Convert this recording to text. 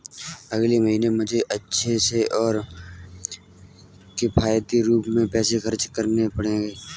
अगले महीने मुझे अच्छे से और किफायती रूप में पैसे खर्च करने पड़ेंगे